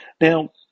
Now